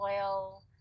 oil